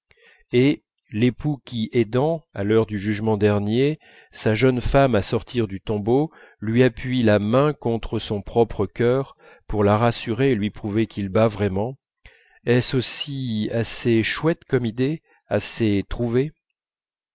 et l'époux qui aidant à l'heure du jugement dernier sa jeune femme à sortir du tombeau lui appuie la main contre son propre cœur pour la rassurer et lui prouver qu'il bat vraiment est-ce aussi assez chouette comme idée assez trouvé